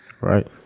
Right